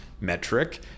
metric